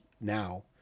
now